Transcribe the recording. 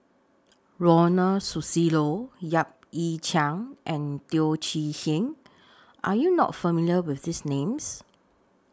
Ronald Susilo Yap Ee Chian and Teo Chee Hean Are YOU not familiar with These Names